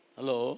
Hello